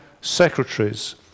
secretaries